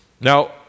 Now